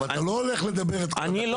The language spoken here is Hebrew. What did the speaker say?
אבל אתה לא הולך לדבר את כל --- אני לא